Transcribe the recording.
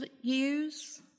use